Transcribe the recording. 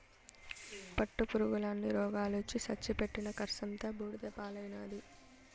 పట్టుపురుగుల అన్ని రోగాలొచ్చి సచ్చి పెట్టిన కర్సంతా బూడిద పాలైనాది